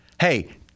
hey